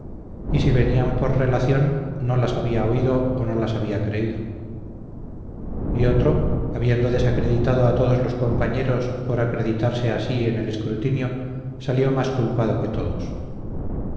y si venían por relación no las había oído o no las había creído y otro habiendo desacreditado a todos los compañeros por acreditarse a sí en el escrutinio salió más culpado que todos